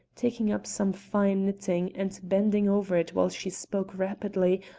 taking up some fine knitting and bending over it while she spoke rapidly,